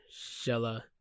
Shella